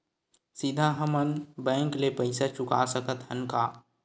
सीधा हम मन बैंक ले पईसा चुका सकत हन का?